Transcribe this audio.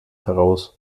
heraus